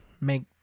make